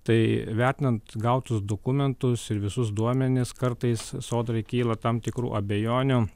tai vertinant gautus dokumentus ir visus duomenis kartais sodrai kyla tam tikrų abejonių